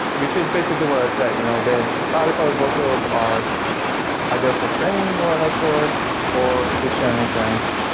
which is basically what i said, you know then clarifai workloads are either for training, or on that force, or prediction and inference.